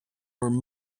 were